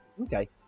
Okay